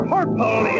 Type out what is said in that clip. Purple